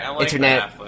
internet